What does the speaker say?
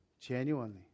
genuinely